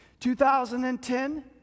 2010